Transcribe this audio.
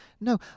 no